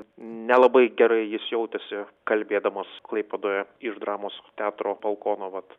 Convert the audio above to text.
nelabai gerai jis jautėsi kalbėdamas klaipėdoje iš dramos teatro balkono vat